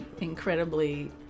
incredibly